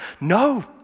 No